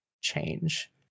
change